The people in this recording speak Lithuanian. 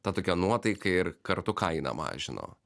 ta tokia nuotaika ir kartu kainą mažino